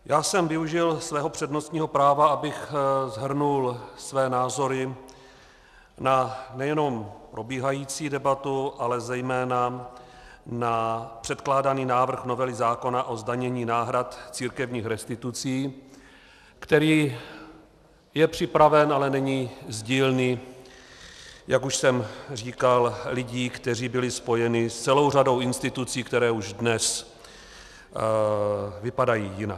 Já jsem využil svého přednostního práva, abych shrnul své názory na nejenom probíhající debatu, ale zejména na předkládaný návrh novely zákona o zdanění náhrad církevních restitucí, který je připraven, ale není z dílny, jak už jsem říkal, lidí, kteří byli spojeni s celou řadou institucí, které už dnes vypadají jinak.